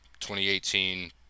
2018